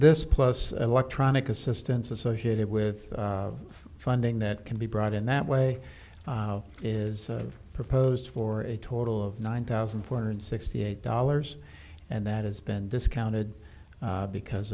this plus electronic assistance associated with funding that can be brought in that way is proposed for a total of nine thousand four hundred sixty eight dollars and that has been discounted because